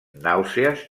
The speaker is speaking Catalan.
nàusees